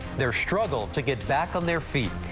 their struggle to get back on their feet.